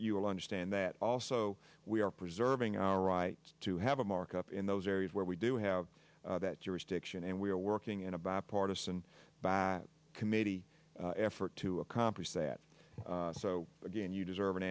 you will understand that also we are preserving our rights to have a markup in those areas where we do have that jurisdiction and we are working in a bipartisan by committee effort to accomplish that so again you deserve an